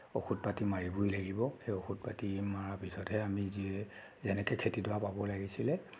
ঔষধ পাতি মাৰিবই লাগিব সেই ঔষধ পাতি মৰাৰ পিছতহে আমি যে যেনেকৈ খেতিডৰা পাব লাগিছিলে